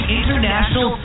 International